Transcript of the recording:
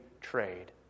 trade